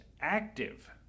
active